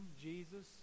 Jesus